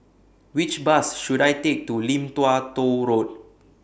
Which Bus should I Take to Lim Tua Tow Road